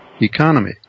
economy